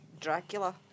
Dracula